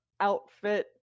outfit